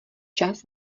čas